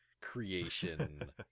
creation